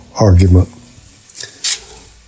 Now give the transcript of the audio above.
argument